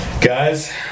Guys